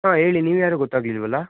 ಹಾಂ ಹೇಳಿ ನೀವ್ಯಾರು ಗೊತ್ತಾಗ್ಲಿಲ್ವಲ್ಲ